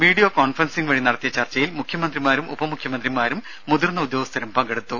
video conferencing വഴി നടത്തിയ ചർച്ചയിൽ മുഖ്യമന്ത്രിമാരും ഉപമുഖ്യമന്ത്രിമാരും മുതിർന്ന ഉദ്യോഗസ്ഥരും പങ്കെടുത്തു